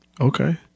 okay